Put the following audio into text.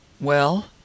Well